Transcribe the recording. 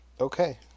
Okay